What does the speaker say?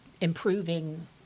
improving